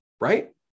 right